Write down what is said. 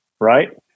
right